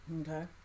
Okay